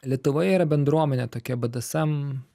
lietuvoje yra bendruomenė tokia bedesem